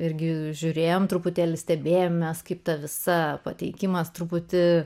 irgi žiūrėjome truputėlį stebėjome mes kaip ta visa pateikimas truputį